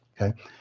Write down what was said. okay